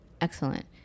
Excellent